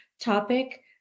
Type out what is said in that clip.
topic